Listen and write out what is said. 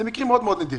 זה מקרים נדירים.